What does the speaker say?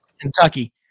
Kentucky